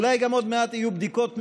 אולי גם עוד מעט יהיו בדיקות מהירות.